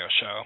show